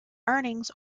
earnings